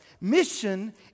Mission